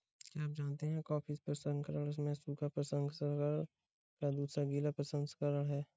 क्या आप जानते है कॉफ़ी प्रसंस्करण में सूखा प्रसंस्करण और दूसरा गीला प्रसंस्करण है?